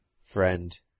friend